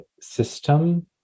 system